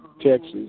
Texas